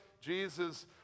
Jesus